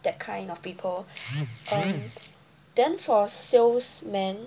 that kind of people um then for salesmen